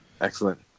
excellent